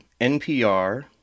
NPR